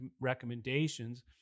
recommendations